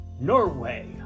Norway